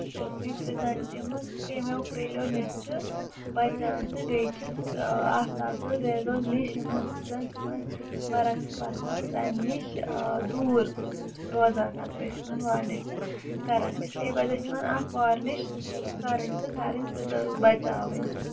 ییٚمہِ سۭتۍ زَن تِمہٕ کیمیو کریٖلَن نِش چھِ بَچان تہٕ بیٚیہِ چھِس اکھ ریزو نِش یِمو سۭتۍ زن تِمن فرق چھِ تَمہِ نِش دوٗر روزان اَگر أسۍ تِمن وارنِش چھِ کران اس لیے پَتہٕ ٲسۍ تِمن اکھ وارنِش کَرٕنۍ تہٕ کَرٕنۍ تہٕ پرزارٕو بَچاوٕنۍ